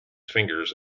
fingers